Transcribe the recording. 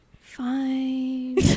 Fine